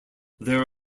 there